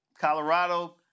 Colorado